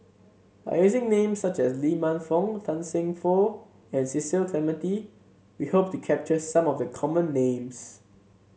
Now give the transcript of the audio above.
by using names such as Lee Man Fong Tan Seng Poh and Cecil Clementi we hope to capture some of the common names